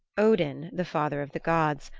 odin, the father of the gods,